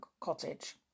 Cottage